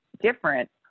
different